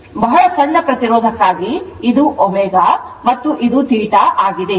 ಆದ್ದರಿಂದ ಬಹಳ ಸಣ್ಣ ಪ್ರತಿರೋಧಕ್ಕಾಗಿ ಇದು ω ಮತ್ತು ಇದು θ ಆಗಿದೆ